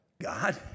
God